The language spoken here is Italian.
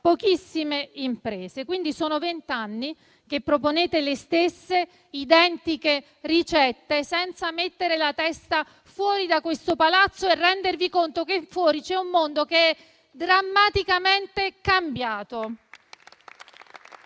pochissime imprese. Sono vent'anni quindi che proponete le stesse identiche ricette senza mettere la testa fuori da questo palazzo e rendervi conto che fuori c'è un mondo che drammaticamente è cambiato.